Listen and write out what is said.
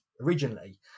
originally